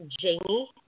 Jamie